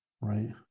right